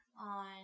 on